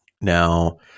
Now